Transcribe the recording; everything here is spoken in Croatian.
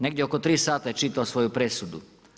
Negdje oko tri sata je čitao svoju presudu.